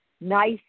nice